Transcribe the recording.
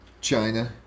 China